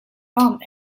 rum